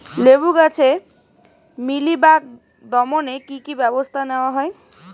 লেবু গাছে মিলিবাগ দমনে কী কী ব্যবস্থা নেওয়া হয়?